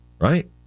right